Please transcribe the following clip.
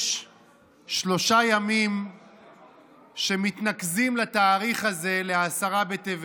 יש שלושה ימים שמתנקזים לתאריך הזה, לעשרה בטבת.